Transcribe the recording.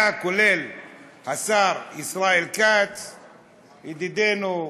היה השר ישראל כץ ידידנו,